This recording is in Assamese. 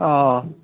অ